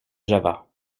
java